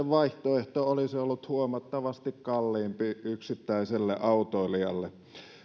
vaihtoehto olisi ollut huomattavasti kalliimpi yksittäiselle autoilijalle